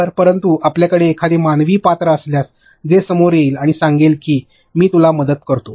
तर परंतु आपल्याकडे एखादे मानवी पात्र असल्यास जे समोर येईल आणि सांगेल की मी तुला मदत करतो